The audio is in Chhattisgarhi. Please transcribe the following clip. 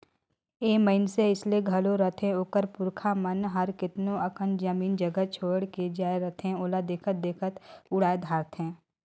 ए मइनसे अइसे घलो रहथें ओकर पुरखा मन हर केतनो अकन जमीन जगहा छोंएड़ के जाए रहथें ओला देखत देखत उड़ाए धारथें